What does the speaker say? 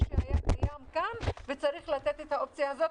שהיה קיים כאן וצריך לתת את האופציה הזאת,